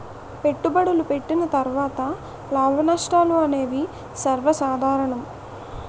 పెట్టుబడులు పెట్టిన తర్వాత లాభనష్టాలు అనేవి సర్వసాధారణం